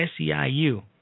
SEIU